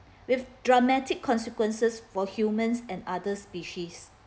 with dramatic consequences for humans and other species